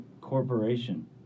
Corporation